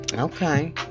Okay